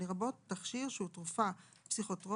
לרבות תכשיר שהוא תרופה פסיכוטרופית